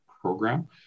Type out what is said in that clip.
program